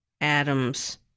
Adam's